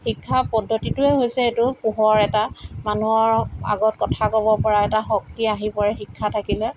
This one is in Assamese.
শিক্ষা পদ্ধতিটোৱে হৈছে এইটো পোহৰ এটা মানুহৰ আগত কথা ক'ব পৰা এটা শক্তি আহি পৰে শিক্ষা থাকিলে